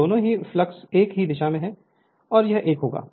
तो दोनों फ्लक्स एक ही दिशा में और यह एक होगा